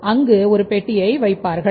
அவர்கள் அங்கு ஒரு பெட்டியை வைக்கலாம்